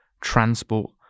transport